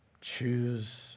choose